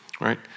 right